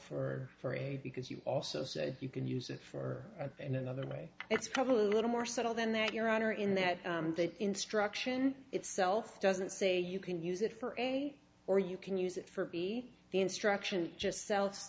for for a because you also say you can use it for in another way it's probably a little more subtle than that your honor in that the instruction itself doesn't say you can use it for a or you can use it for b the instruction just self